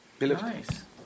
Nice